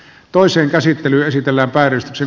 toisen käsittely esitellä päivystyksen